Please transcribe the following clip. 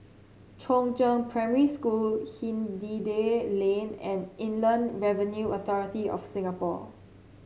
Chongzheng Primary School Hindhede Lane and Inland Revenue Authority of Singapore